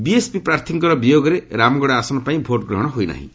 BSP ପ୍ରାର୍ଥୀଙ୍କର ବିୟୋଗରେ ରାମଗଡ଼ ଆସନ ପାଇଁ ଭୋଟ୍ ଗ୍ରହଣ ହୋଇନାହିଁ